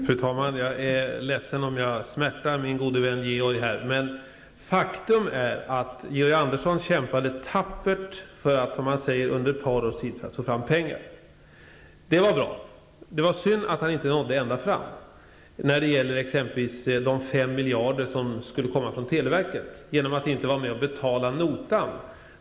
Fru talman! Jag är ledsen om jag smärtar min gode vän Georg här, men faktum är att Georg Andersson kämpade tappert under ett par års tid för att få fram pengar. Det var bra. Det var synd att han inte nådde ända fram när det gäller exempelvis de 5 miljarder som skulle komma från televerket genom att inte vara med och betala notan.